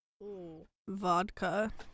Vodka